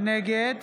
נגד